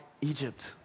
Egypt